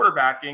quarterbacking